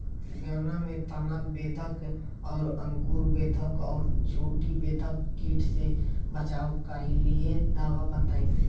गन्ना में तना बेधक और अंकुर बेधक और चोटी बेधक कीट से बचाव कालिए दवा बताई?